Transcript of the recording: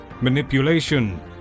manipulation